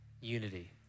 unity